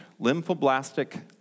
lymphoblastic